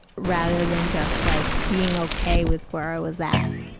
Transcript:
rather than just like being okay with where i was at.